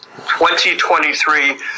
2023